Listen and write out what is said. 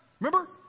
Remember